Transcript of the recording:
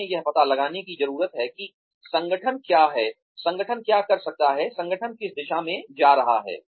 हमें यह पता लगाने की जरूरत है कि संगठन क्या है संगठन क्या कर सकता है संगठन किस दिशा में जा रहा है